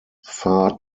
far